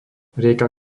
rieka